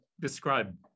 describe